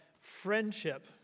friendship